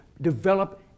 Develop